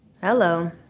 Hello